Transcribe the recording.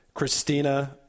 Christina